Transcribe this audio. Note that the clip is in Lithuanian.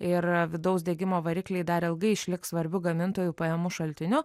ir vidaus degimo varikliai dar ilgai išliks svarbiu gamintojų pajamų šaltiniu